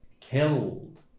killed